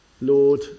Lord